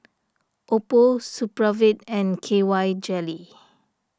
Oppo Supravit and K Y Jelly